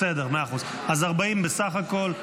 בסדר, מאה אחוז, אז 40 בסך הכול.